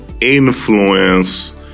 influence